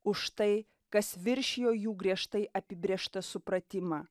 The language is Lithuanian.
už tai kas viršijo jų griežtai apibrėžtą supratimą